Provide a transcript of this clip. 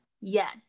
yes